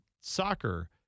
soccer –